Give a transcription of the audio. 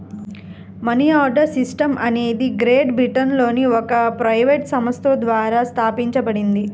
money order system అనేది great బ్రిటన్లోని ఒక ప్రైవేట్ సంస్థ ద్వారా స్థాపించబడింది